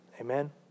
Amen